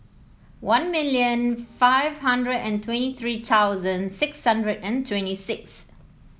one million five hundred and twenty three thousand six hundred and twenty six